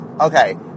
Okay